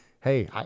hey